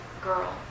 girl